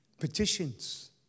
petitions